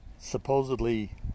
supposedly